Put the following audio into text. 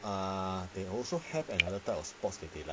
ah they also have another type of sports that they like